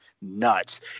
nuts